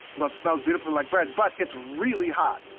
well it smells beautifully like bread, but it's really hot.